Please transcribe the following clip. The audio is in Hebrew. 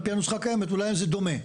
על פי הנוסחה הקיימת אולי זה דומה.